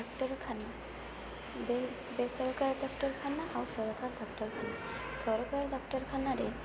ଡାକ୍ତରଖାନା ବେସରକାରୀ ଡାକ୍ତରଖାନା ଆଉ ସରକାରୀ ଡାକ୍ତରଖାନା ସରକାରୀ ଡାକ୍ତରଖାନାରେ